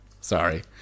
Sorry